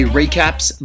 recaps